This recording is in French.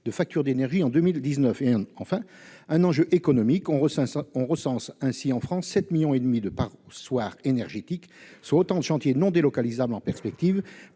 de factures d'énergie en 2019. Il répond enfin à un enjeu économique. On recense ainsi en France 7,5 millions de passoires énergétiques : autant de chantiers non délocalisables en perspective